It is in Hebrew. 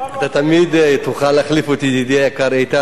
משה גפני, מג'אדלה, מקלב וחנין.